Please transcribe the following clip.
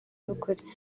n’ukuri